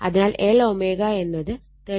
അതിനാൽ Lω എന്നത് 31